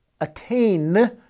attain